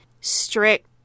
strict